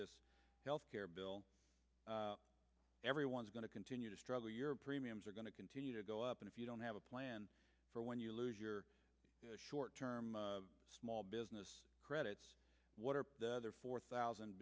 this health care bill everyone's going to continue to struggle your premiums are going to continue to go up and if you don't have a plan for when you lose your short term small business credits what are the other four thousand